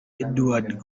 edward